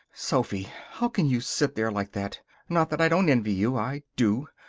sophy, how can you sit there like that? not that i don't envy you. i do.